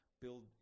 Build